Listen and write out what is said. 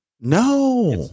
No